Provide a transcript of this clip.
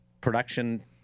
production